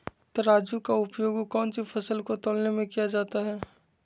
तराजू का उपयोग कौन सी फसल को तौलने में किया जाता है?